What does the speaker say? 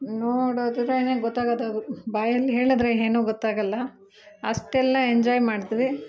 ನೋಡಿದ್ರೆನೇ ಗೊತ್ತಾಗದು ಅದು ಬಾಯಲ್ಲಿ ಹೇಳಿದ್ರೆ ಏನು ಗೊತ್ತಾಗಲ್ಲ ಅಷ್ಟೆಲ್ಲ ಎಂಜಾಯ್ ಮಾಡಿದ್ವಿ